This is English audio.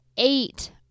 Eight